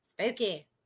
Spooky